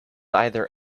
either